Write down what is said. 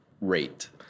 rate